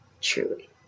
truly